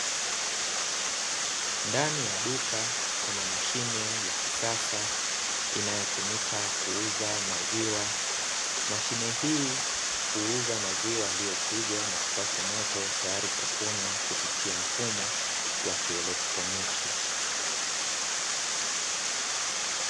Ndani ya duka kuna mashine ya kisasa inayotumika kuuza maziwa, mashine hii huuza maziwa yaliyochujwa na kupashwa moto tayari kwa kunywa kupitia mfumo wa kielektroniki.